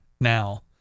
now